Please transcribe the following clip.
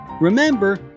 Remember